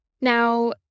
Now